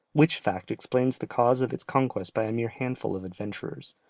which fact explains the cause of its conquest by a mere handful of adventurers.